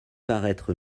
paraître